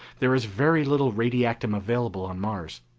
there is very little radiactum available on mars,